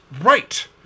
Right